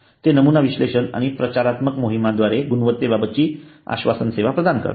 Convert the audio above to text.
ते नमुना विश्लेषण आणि प्रचारात्मक मोहिमांद्वारे गुणवत्ते बाबतची आश्वासन सेवा प्रदान करतात